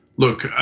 look,